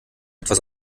etwas